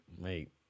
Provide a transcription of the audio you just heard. mate